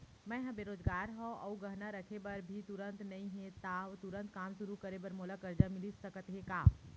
मैं ह बेरोजगार हव अऊ गहना रखे बर भी तुरंत नई हे ता तुरंत काम शुरू करे बर मोला करजा मिलिस सकत हे का?